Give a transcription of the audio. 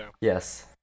Yes